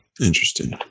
Interesting